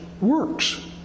works